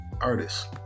artist